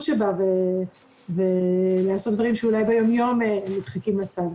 שבה ולעשות דברים שאולי ביום יום נדחקים לצד.